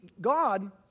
God